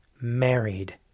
married